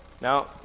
now